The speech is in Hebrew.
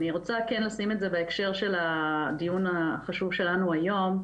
אני רוצה כן לשים את זה בהקשר של הדיון החשוב שלנו היום,